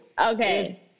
Okay